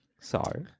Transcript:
Sorry